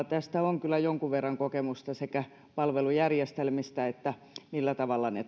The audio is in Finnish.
tästä on kyllä jonkun verran kokemusta sekä palvelujärjestelmistä että siitä millä tavalla ne